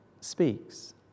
speaks